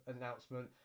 announcement